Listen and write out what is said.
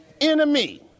enemy